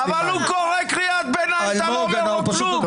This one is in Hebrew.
אבל הוא קורא קריאת ביניים ואתה לא אומר לו כלום.